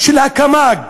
של הקמ"ג,